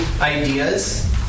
ideas